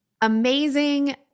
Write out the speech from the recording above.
amazing